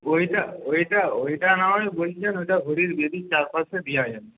ওইটা ওইটা ওইটা না হয় বলছেন ওইটা হরির বেদির চারপাশে দেওয়া যাবে